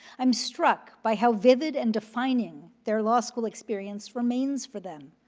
i'm struck by how vivid and defining their law school experience remains for them,